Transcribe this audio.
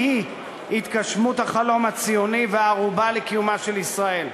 היא-היא התגשמות החלום הציוני והערובה לקיומה של ישראל.